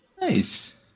Nice